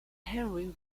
henry